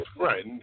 Right